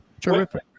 Terrific